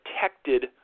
protected